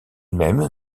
même